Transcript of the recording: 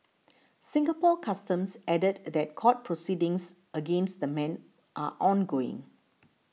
Singapore Customs added that court proceedings against the men are ongoing